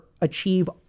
achieve